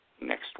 next